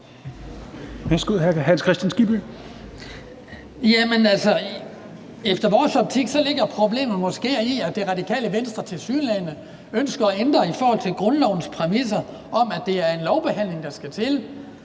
i vores optik ligger problemet måske i, at Radikale Venstre tilsyneladende ønsker at ændre i forhold til grundlovens præmisser om, at det er en lovbehandling, der skal til.